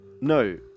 No